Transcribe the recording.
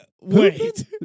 Wait